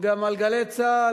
גם על "גלי צה"ל"